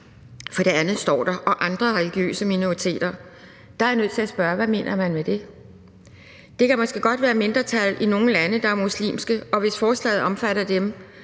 For det andet står der »og andre religiøse minoriteter«, og der er jeg nødt til at spørge: Hvad mener man med det? Det kan måske godt være mindretal i nogle lande, der er muslimske, og hvis forslaget omfatter dem,